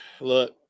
look